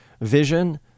vision